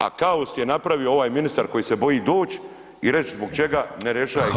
A kaos je napravio ovaj ministar koji se boji doći i reći zbog čega ne rješava kaos